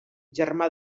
germà